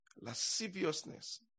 Lasciviousness